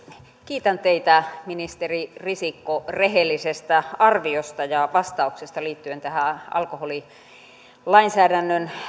kiitän teitä ministeri risikko rehellisestä arviosta ja vastauksesta liittyen alkoholilainsäädännön